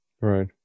Right